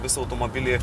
visą automobilį